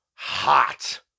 hot